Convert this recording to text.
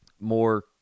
more